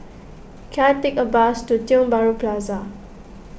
can I take a bus to Tiong Bahru Plaza